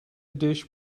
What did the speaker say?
dish